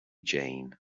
jane